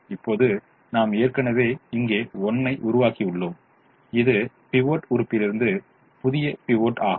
இப்போது நாம் ஏற்கனவே இங்கே 1 ஐ உருவாக்கியுள்ளோம் இது பிவோட் உறுப்பிலிருந்து புதிய பிவோட் ஆகும்